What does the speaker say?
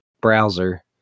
browser